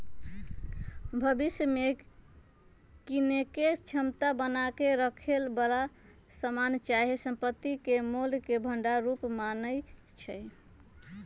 भविष्य में कीनेके क्षमता बना क रखेए बला समान चाहे संपत्ति के मोल के भंडार रूप मानइ छै